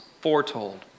foretold